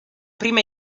prima